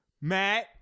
matt